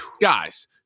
guys